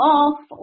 off